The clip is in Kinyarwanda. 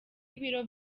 ibiro